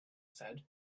said